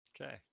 okay